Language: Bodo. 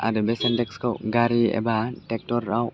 आरो बे सेन्डटेक्सखौ गारि एबा टेक्ट'राव